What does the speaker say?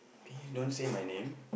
can you don't say my name